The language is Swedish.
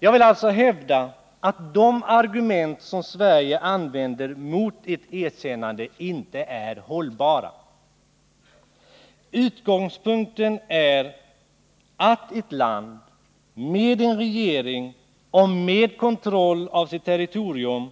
Jag vill alltså hävda att de argument som Sverige använder mot ett erkännande inte är hållbara. Utgångspunkten är att ett land med en regering och med kontroll över sitt terrotorium